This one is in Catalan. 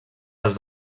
les